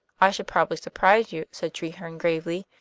i should probably surprise you, said treherne gravely,